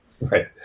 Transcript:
Right